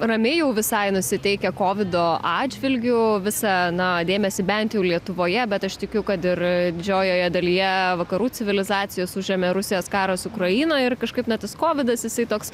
ramiai jau visai nusiteikę kovido atžvilgiu visą na dėmesį bent jau lietuvoje bet aš tikiu kad ir didžiojoje dalyje vakarų civilizacijos užėmė rusijos karas ukrainoj ir kažkaip na tas kovidas jisai toks